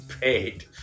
paid